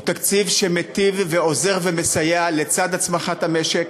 הוא תקציב שמיטיב ועוזר ומסייע, לצד הצמחת המשק,